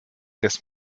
des